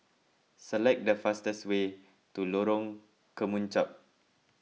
select the fastest way to Lorong Kemunchup